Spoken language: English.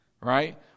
right